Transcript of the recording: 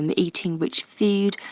and eating which food,